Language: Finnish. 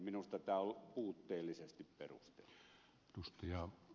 minusta tämä on puutteellisesti perusteltu